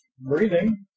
breathing